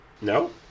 no